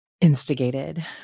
instigated